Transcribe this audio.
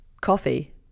coffee